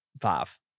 five